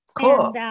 Cool